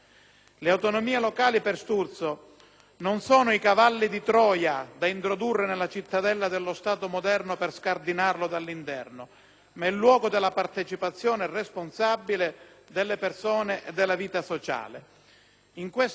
non sono cavalli di Troia da introdurre nella cittadella dello Stato moderno per scardinarlo dall'interno, ma il luogo della partecipazione responsabile delle persone e della vita sociale. Inquesta riforma, purtroppo, si